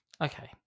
okay